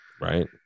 Right